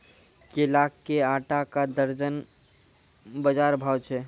केला के आटा का दर्जन बाजार भाव छ?